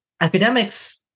academics